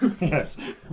Yes